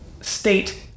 state